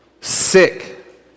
sick